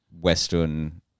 Western